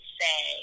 say